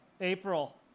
April